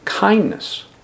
kindness